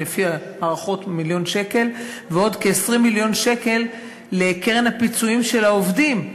שקל לפי הערכות ועוד כ-20 מיליון שקל לקרן הפיצויים של העובדים,